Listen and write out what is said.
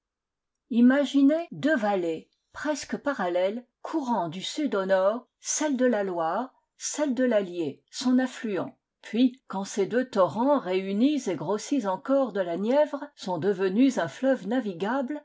imaginez deux vallées presque parallèles courant du sud au nord celle de la loire celle de l'allier son affluent puis quand ces deux torrents réunis et grossis encore de la nièvre sont devenus un fleuve navigable